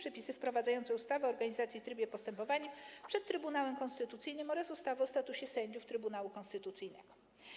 Przepisy wprowadzające ustawę o organizacji i trybie postępowania przed Trybunałem Konstytucyjnym oraz ustawę o statusie sędziów Trybunału Konstytucyjnego.